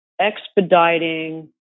expediting